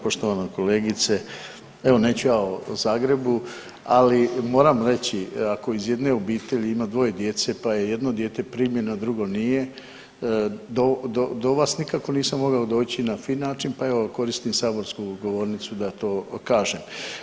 Poštovana kolegice, evo neću ja o Zagrebu ali moram reći ako iz jedne obitelji ima dvoje djece pa je jedno dijete primljeno, a drugo nije do vas nikako nisam mogao doći na fini način pa evo koristim saborsku govornicu da to kažem.